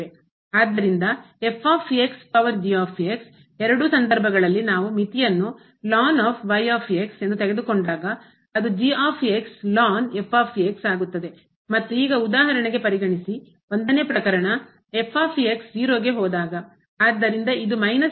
ಆದ್ದರಿಂದ ಪವರ್ ಎರಡೂ ಸಂದರ್ಭಗಳಲ್ಲಿ ನಾವು ಮಿತಿಯನ್ನು ಎಂದು ತೆಗೆದುಕೊಂಡಾಗ ಅದು ಮತ್ತು ಈಗ ಉದಾಹರಣೆಗೆ ಪರಿಗಣಿಸಿ 1 ನೇ ಪ್ರಕರಣ 0 ಗೆ ಹೋದಾಗ